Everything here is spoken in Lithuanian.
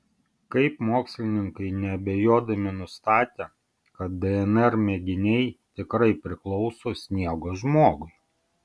kaip mokslininkai neabejodami nustatė kad dnr mėginiai tikrai priklauso sniego žmogui